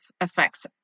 affects